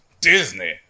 Disney